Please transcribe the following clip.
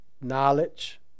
Knowledge